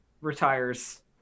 retires